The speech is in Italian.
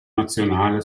nazionale